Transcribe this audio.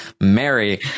Mary